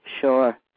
sure